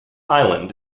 island